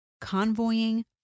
convoying